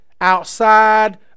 outside